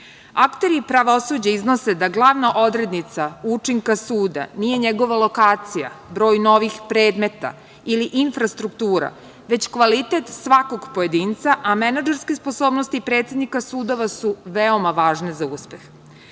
Akteri pravosuđa iznose da glavna odrednica učinka suda nije njegova lokacija, broj novih predmeta ili infrastruktura, već kvalitet svakog pojedinca, a menadžerske sposobnosti predsednika sudova su veoma važne za